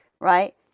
Right